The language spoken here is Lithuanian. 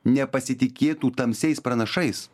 nepasitikėtų tamsiais pranašais